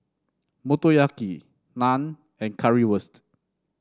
Motoyaki Naan and Currywurst